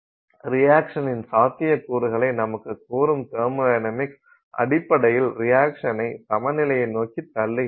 ரியாக்சனின் சாத்தியக்கூறுகளை நமக்குக் கூறும் தெர்மொடைனமிக்ஸ் அடிப்படையில் ரியாக்சனை சமநிலையை நோக்கித் தள்ளுகிறது